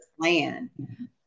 plan